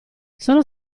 sono